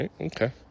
okay